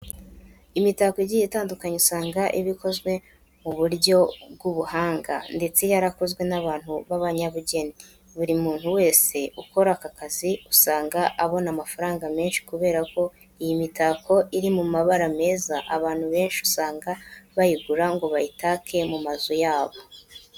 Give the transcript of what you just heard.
Imitako igiye itandukakanye usanga iba ikozwe mu buryo bw'ubuhanga ndetse yarakozwe n'abantu b'abanyabugeni. Buri muntu wese ukora aka kazi usanga abona amafaranga menshi kubera ko iyi mitako iri mu mabara meza abantu benshi usanga bayigura ngo bayitake mu mazu yabo.